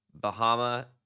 bahama